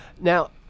Now